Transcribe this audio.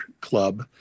Club